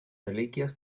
reliquias